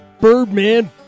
Birdman